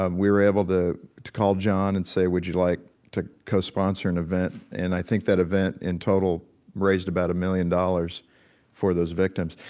um we were able to to call john and say, would you like to co-sponsor an event. and i think that event in total raised about a million dollars for those victims.